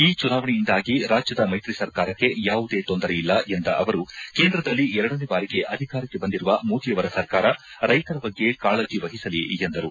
ಈ ಚುನಾವಣೆಯಿಂದಾಗಿ ರಾಜ್ಯದ ಮೈತ್ರಿ ಸರ್ಕಾರಕ್ಕೆ ಯಾವುದೇ ತೊಂದರೆಯಿಲ್ಲ ಎಂದ ಅವರು ಕೇಂದ್ರದಲ್ಲಿ ಎರಡನೇ ಬಾರಿಗೆ ಅಧಿಕಾರಕ್ಕೆ ಬಂದಿರುವ ಮೋದಿಯವರ ಸರ್ಕಾರ ರೈತರ ಬಗ್ಗೆ ಕಾಳಜಿ ವಹಿಸಲಿ ಎಂದರು